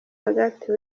agathe